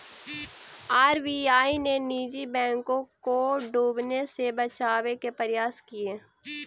RBI ने निजी बैंकों को डूबने से बचावे के प्रयास किए